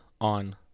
on